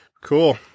Cool